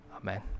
Amen